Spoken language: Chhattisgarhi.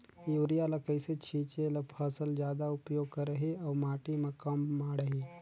युरिया ल कइसे छीचे ल फसल जादा उपयोग करही अउ माटी म कम माढ़ही?